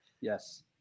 Yes